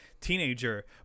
teenager